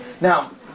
Now